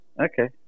Okay